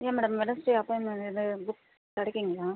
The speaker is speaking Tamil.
இல்லை மேடம் வெட்னஸ்டே அப்பாயின்மென்ட் புக் கிடைக்குங்ளா